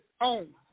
own